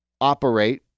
operate